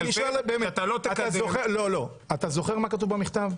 שאתה לא תקדם --- לא, אתה זוכר מה כתוב במכתב?